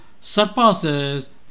surpasses